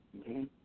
Okay